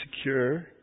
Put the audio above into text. secure